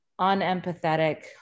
unempathetic